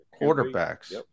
quarterbacks